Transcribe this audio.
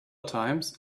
times